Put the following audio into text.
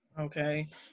Okay